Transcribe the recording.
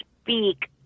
speak